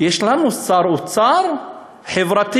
יש לנו שר אוצר חברתי.